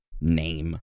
name